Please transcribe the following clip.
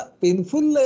painful